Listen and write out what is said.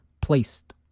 placed